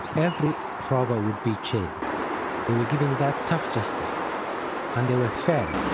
every robber would be jailed they were giving that tough justice and they were fair.